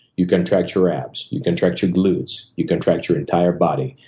you contract your abs. you contract your gluts. you contract your entire body.